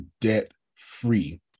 debt-free